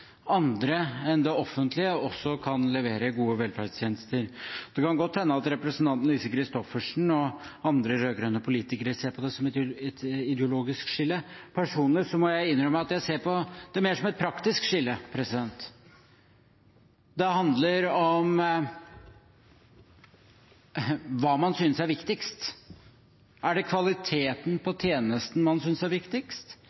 andre enn det offentlige også kan levere gode velferdstjenester. Det kan godt hende at representanten Lise Christoffersen og andre rød-grønne politikere ser på det som et ideologisk skille. Personlig må jeg innrømme at jeg ser på det mer som et praktisk skille. Det handler om hva man synes er viktigst. Er det kvaliteten